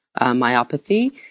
myopathy